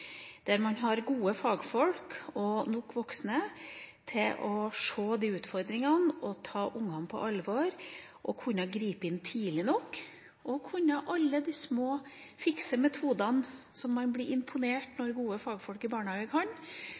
der man også bekjemper alle de problemene som kan komme de første årene i et menneskets liv. Man må ha gode fagfolk og nok voksne til å se disse utfordringene og ta ungene på alvor, kunne gripe inn tidlig nok, og å kunne alle de små, fikse metodene – som man